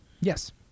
Yes